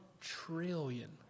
trillion